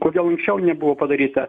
kodėl anksčiau nebuvo padaryta